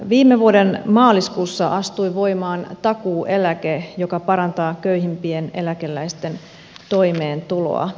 viime vuoden maaliskuussa astui voimaan takuueläke joka parantaa köyhimpien eläkeläisten toimeentuloa